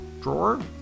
drawer